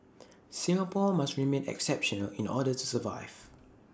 Singapore must remain exceptional in order to survive